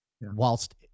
whilst